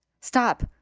Stop